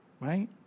right